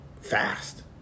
fast